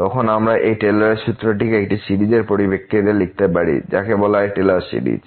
তখন আমরা এই টেলরের সূত্রটি একটি সিরিজের পরিপ্রেক্ষিতে লিখতে পারি যাকে বলা হয় টেলর সিরিজ